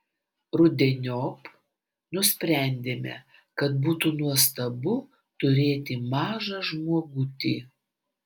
rudeniop nusprendėme kad būtų nuostabu turėti mažą žmogutį